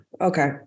Okay